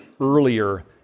earlier